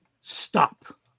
stop